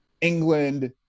england